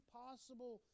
possible